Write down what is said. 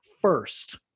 first